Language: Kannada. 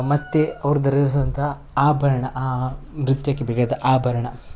ಮತ್ತು ಅವ್ರು ಧರಿಸುವಂತಹ ಆಭರಣ ಆ ನೃತ್ಯಕ್ಕೆ ಬೇಕಾದ ಆಭರಣ